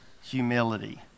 humility